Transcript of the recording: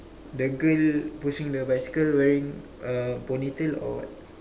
the girl pushing the bicycle wearing a ponytail or what